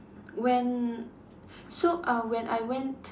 when so uh when I went